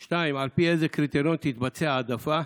2. על פי איזה קריטריון תתבצע ההעדפה?